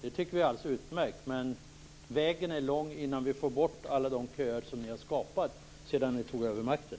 Det tycker vi är alldeles utmärkt. Men vägen är lång innan vi får bort alla de köer som ni har skapat sedan ni tog över makten.